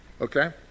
okay